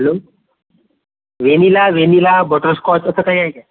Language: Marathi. हॅलो व्हेनिला व्हेनिला बटरस्कॉच असं काय आहे का